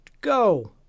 go